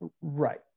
Right